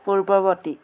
পূৰ্ৱৱৰ্তী